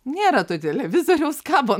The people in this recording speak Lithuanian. nėra to televizoriaus kabo